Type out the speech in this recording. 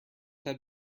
had